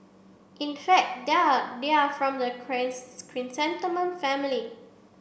in fact they are they are from the chrysanthemum family